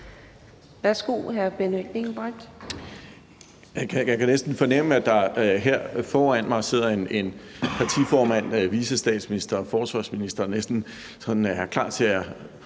Engelbrecht (S): Jeg kan næsten fornemme, at der her foran mig sidder en partiformand, vicestatsminister og forsvarsminister, der næsten sådan er klar til at